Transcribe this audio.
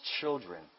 children